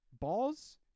Balls